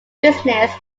business